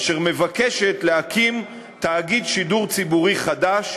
אשר מבקשת להקים תאגיד שידור ציבורי חדש,